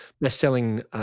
best-selling